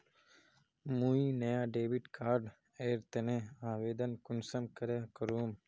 मुई नया debit card एर तने आवेदन कुंसम करे करूम?